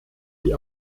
die